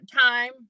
time